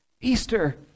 Easter